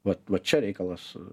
vat vat čia reikalas